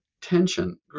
tension